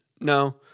No